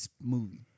movie